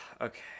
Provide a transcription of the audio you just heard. okay